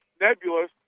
nebulous